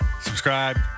subscribe